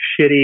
shitty